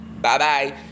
Bye-bye